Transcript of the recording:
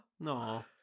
no